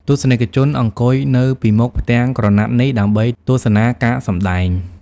ទស្សនិកជនអង្គុយនៅពីមុខផ្ទាំងក្រណាត់នេះដើម្បីទស្សនាការសម្តែង។